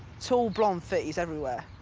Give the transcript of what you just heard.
tall, blonde thickies everywhere.